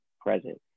present